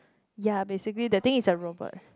ya basically the thing is a robot